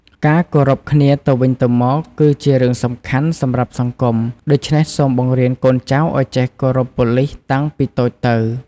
ការគោរពគ្នាទៅវិញទៅមក គឺជារឿងសំខាន់សម្រាប់សង្គម ដូច្នេះសូមបង្រៀនកូនចៅឱ្យចេះគោរពប៉ូលិសតាំងពីតូចទៅ។